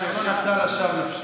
"אשר לא נשא לשוא נפשי".